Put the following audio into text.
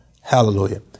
Hallelujah